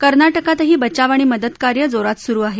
कर्नाटकातही बचाव आणि मदतकार्य जोरात सुरु आहे